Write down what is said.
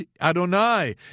Adonai